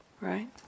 right